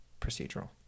procedural